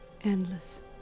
endless